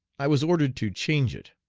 i was ordered to change it.